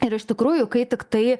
ir iš tikrųjų kai tiktai